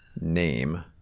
name